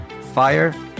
fire